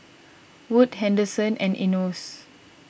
Wood Henderson and Enos